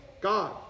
God